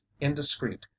indiscreet